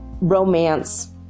romance